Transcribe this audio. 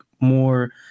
more